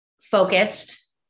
focused